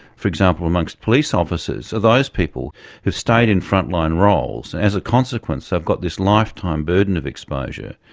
for example among police officers, are those people who've stayed in frontline roles and as a consequence they've got this lifetime burden of exposure.